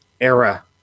era